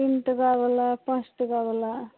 तीन टाकावला पाँच टाकावला